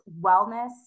wellness